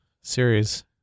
series